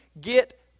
get